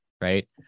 right